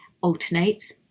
alternates